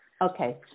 Okay